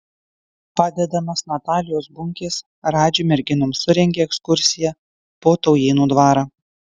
padedamas natalijos bunkės radži merginoms surengė ekskursiją po taujėnų dvarą